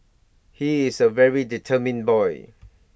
he is A very determined boy